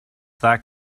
that